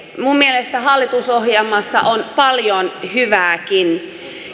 minun mielestäni hallitusohjelmassa on paljon hyvääkin